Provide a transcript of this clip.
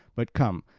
but come,